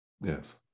Yes